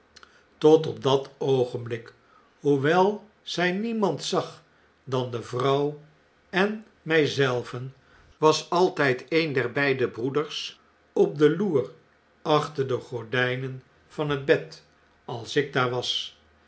tot op dat oogenblik hoewel zg demand zag dan de vrouw en nig zelven was altn'd een der beide broeders op de loer achter de gordtjnen van het bed als ik daar was